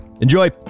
enjoy